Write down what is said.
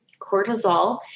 Cortisol